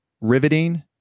riveting